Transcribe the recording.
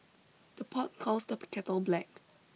the pot calls the kettle black